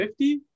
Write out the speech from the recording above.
50